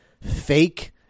fake